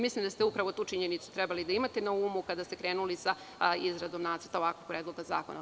Mislim da ste upravo tu činjenicu trebali da imate na umu kada ste krenuli sa izradom nacrta ovakvog predloga zakona.